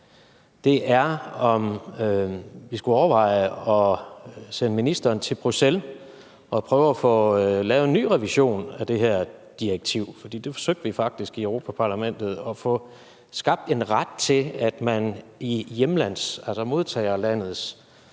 om, er, om vi skulle overveje at sende ministeren til Bruxelles og prøve at få lavet en ny revision af det her direktiv. Vi forsøgte faktisk i Europa-Parlamentet at få skabt en ret til, at man i modtagerlandets